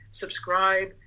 subscribe